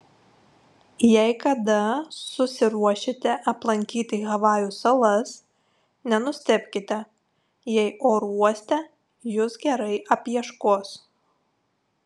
jei kada susiruošite aplankyti havajų salas nenustebkite jei oro uoste jus gerai apieškos